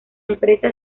empresa